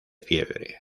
fiebre